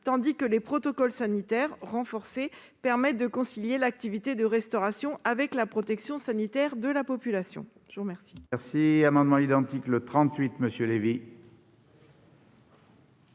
tandis que les protocoles sanitaires renforcés permettent de concilier l'activité de restauration et la protection sanitaire de la population. La parole